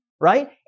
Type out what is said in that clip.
right